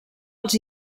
els